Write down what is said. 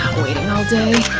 waiting all day.